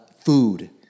Food